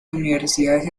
universidades